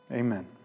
Amen